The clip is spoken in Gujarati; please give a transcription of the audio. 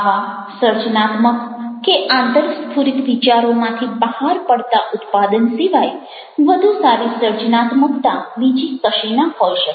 આવા સર્જનાત્મક કે આંતરસ્ફુરિત વિચારોમાંથી બહાર પડતા ઉત્પાદન સિવાય વધુ સારી સર્જનાત્મકતા બીજી કશી ના હોઈ શકે